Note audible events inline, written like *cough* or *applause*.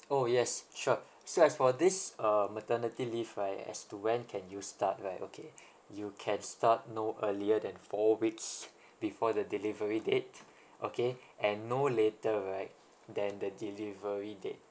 orh yes sure so as for this uh maternity leave right as to when can you start right okay you can start no earlier than four weeks *laughs* before the delivery date okay and no later right than the delivery date